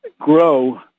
grow